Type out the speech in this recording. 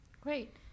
great